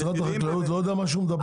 משרד החקלאות לא יודע על מה הוא מדבר?